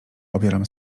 obieram